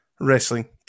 wrestling